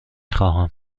خواهم